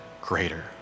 greater